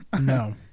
No